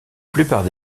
plupart